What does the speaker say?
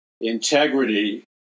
integrity